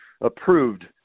approved